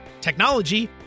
technology